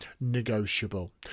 negotiable